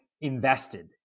invested